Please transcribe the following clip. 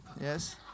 yes